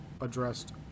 addressed